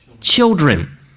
children